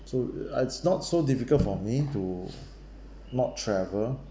so uh it's not so difficult for me to not travel